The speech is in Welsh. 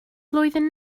flwyddyn